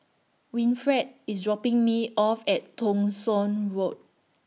Winfred IS dropping Me off At Thong Soon Road